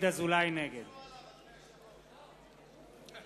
כפו עליו, אדוני היושב-ראש.